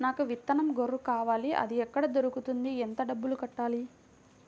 నాకు విత్తనం గొర్రు కావాలి? అది ఎక్కడ దొరుకుతుంది? ఎంత డబ్బులు కట్టాలి?